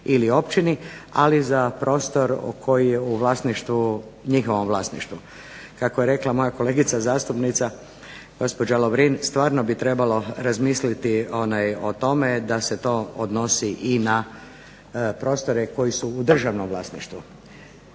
ili općini, ali za prostor koji je u njihovom vlasništvu. Kako je rekla moja kolegica zastupnica gospođa Lovrin, stvarno bi trebalo razmisliti o tome da se to odnosi i na prostore koji su u državnom vlasništvu.